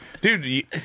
Dude